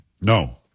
No